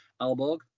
Alborg